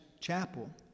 Chapel